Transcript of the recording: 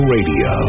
Radio